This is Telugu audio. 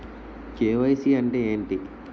కే.వై.సీ అంటే ఏంటి?